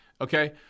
okay